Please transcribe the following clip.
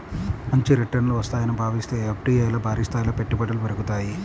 మంచి రిటర్నులు వస్తాయని భావిస్తే ఎఫ్డీఐల్లో భారీస్థాయిలో పెట్టుబడులు పెరుగుతాయి